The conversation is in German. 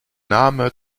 name